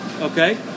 Okay